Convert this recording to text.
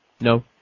No